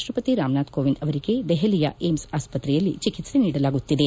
ರಾಷ್ಟಪತಿ ರಾಮನಾಥ್ ಕೋವಿಂದ್ ಅವರಿಗೆ ದೆಹಲಿಯ ಏಮ್ಸ್ ಆಸ್ಪತ್ರೆಯಲ್ಲಿ ಚಿಕಿತ್ಸೆ ನೀಡಲಾಗುತ್ತಿದೆ